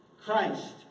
Christ